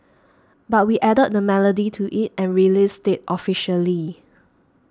but we added the melody to it and released it officially